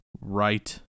right